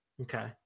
Okay